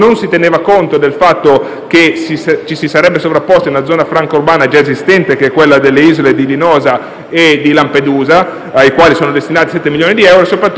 che ci si sarebbe sovrapposti ad una zona franca urbana già esistente, che è quella delle isole di Linosa e di Lampedusa, alle quali sono destinati sette milioni di euro, e soprattutto ritenevamo che la copertura